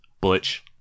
Butch